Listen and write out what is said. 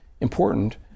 important